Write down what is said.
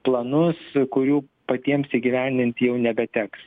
planus kurių patiems įgyvendint jau nebeteks